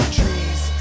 trees